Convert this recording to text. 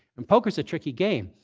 and poker's a tricky game,